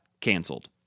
canceled